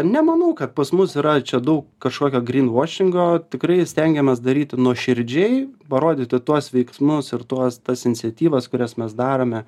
nemanau kad pas mus yra čia daug kažkokio gryn vašingo tikrai stengiamės daryt nuoširdžiai parodyti tuos veiksmus ir tuos tas iniciatyvas kurias mes darome